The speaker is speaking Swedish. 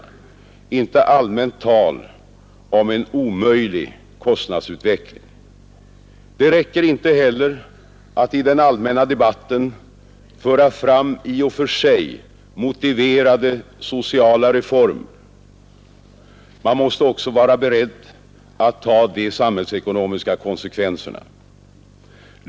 Det räcker inte med allmänt tal om en omöjlig kostnadsutveckling. Det räcker inte heller att i den allmänna debatten föra fram förslag om i och för sig motiverade sociala reformer. Man måste också vara beredd att ta de samhällsekonomiska konsekvenserna.